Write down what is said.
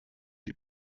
die